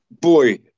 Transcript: boy